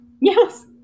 yes